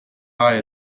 high